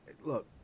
Look